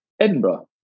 Edinburgh